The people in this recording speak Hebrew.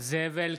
זאב אלקין,